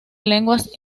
lenguas